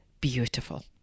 beautiful